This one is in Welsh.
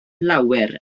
lawer